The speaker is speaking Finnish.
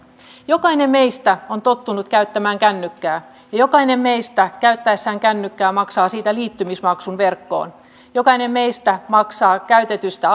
jokainen meistä on tottunut käyttämään kännykkää ja jokainen meistä käyttäessään kännykkää maksaa siitä liittymismaksun verkkoon jokainen meistä maksaa käytetystä